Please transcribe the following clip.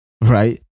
right